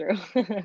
true